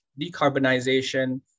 decarbonization